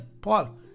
Paul